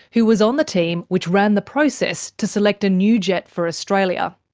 who was on the team which ran the process to select a new jet for australia.